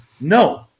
no